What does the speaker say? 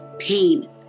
pain